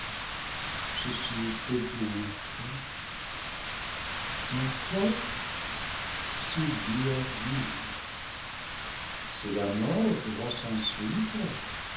ceci peut bien être mais quoi si dieu a vu si la mort doit s'ensuivre